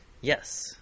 Yes